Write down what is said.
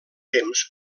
temps